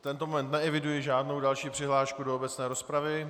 V tento moment neeviduji žádnou další přihlášku do obecné rozpravy.